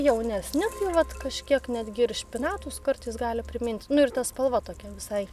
jaunesni tai vat kažkiek netgi ir špinatus kartais gali primint nu ir ta spalva tokia visai